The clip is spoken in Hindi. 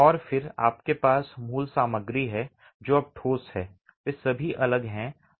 और फिर आपके पास मूल सामग्री है जो अब ठोस है वे सभी अलग हैं